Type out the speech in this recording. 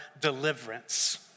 deliverance